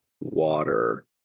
water